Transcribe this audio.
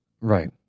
Right